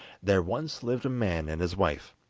there once lived a man and his wife,